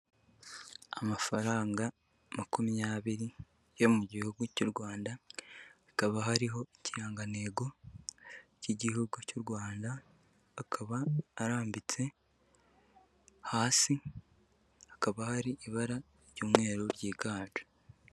Amafaranga makumyabiri yo mu gihugu cy'u Rwanda, hakaba hariho ikirangantego cy'igihugu cy'u Rwanda, akaba arambitse hasi, hakaba hari ibara ry'umweru byiganje.